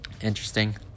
Interesting